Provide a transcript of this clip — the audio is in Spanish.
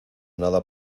nada